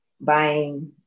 buying